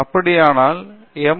அப்படியானால் எம்